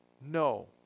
no